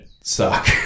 suck